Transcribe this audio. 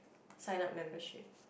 sign up membership